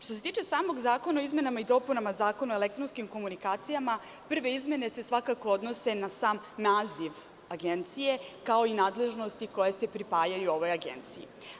Što se tiče samog zakona o izmenama i dopunama Zakona o elektronskim komunikacijama, prve izmene se svakako odnose na sam naziv agencije, kao i nadležnosti koje se pripajaju ovoj agenciji.